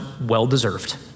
well-deserved